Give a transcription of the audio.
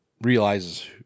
Realizes